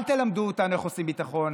אל תלמדו אותנו איך עושים ביטחון,